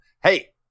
Hey